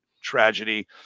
tragedy